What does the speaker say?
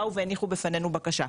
באו והניחו בפנינו בקשה,